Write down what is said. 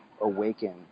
awaken